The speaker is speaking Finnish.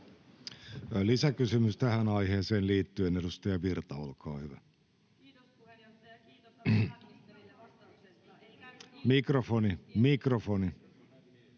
Lisäkysymys tähän aiheeseen liittyen, edustaja Virta, olkaa hyvä. — Mikrofoni.